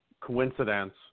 coincidence